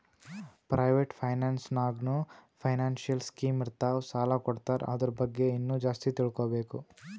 private finance ನಾಗ್ನೂ financial scheme ಇರ್ತಾವ್ ಸಾಲ ಕೊಡ್ತಾರ ಅದುರ್ ಬಗ್ಗೆ ಇನ್ನಾ ಜಾಸ್ತಿ ತಿಳ್ಕೋಬೇಕು